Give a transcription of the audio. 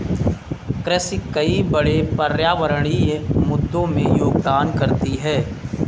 कृषि कई बड़े पर्यावरणीय मुद्दों में योगदान करती है